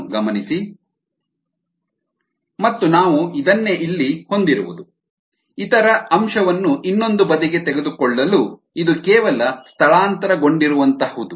5 ಮತ್ತು ನಾವು ಇದನ್ನೇ ಇಲ್ಲಿ ಹೊಂದಿರುವುದು ಇತರ ಅಂಶವನ್ನು ಇನ್ನೊಂದು ಬದಿಗೆ ತೆಗೆದುಕೊಳ್ಳಲು ಇದು ಕೇವಲ ಸ್ಥಳಾಂತರಗೊಂಡಿರುವಂಥಹು